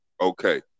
Okay